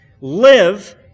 Live